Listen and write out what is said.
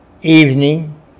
evening